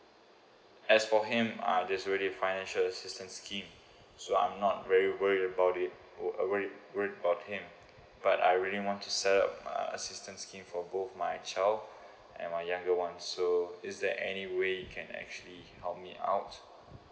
as for him uh that's really financial assistance scheme so I'm not very worry about it wo~ worry worry about him but I really want to set up uh assistance scheme for both my child and my younger [one] so is there any way it can actually help me out